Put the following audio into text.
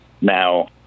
Now